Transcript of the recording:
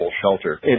shelter